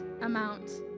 amount